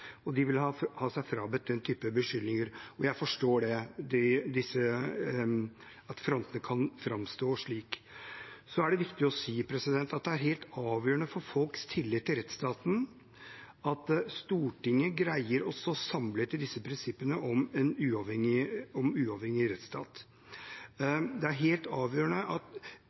og de vil ha seg frabedt den typen beskyldninger. Jeg forstår det – at frontene kan framstå slik. Det er viktig å si at det er helt avgjørende for folks tillit til rettsstaten at Stortinget greier å stå samlet om prinsippene om en uavhengig rettsstat. Det er kanskje helt avgjørende at